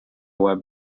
web